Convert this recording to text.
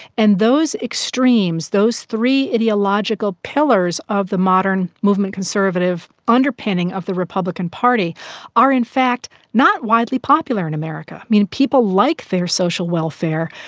and those extremes, those three ideological pillars of the modern movement conservative underpinning of the republican party are in fact not widely popular in america. people like their social welfare,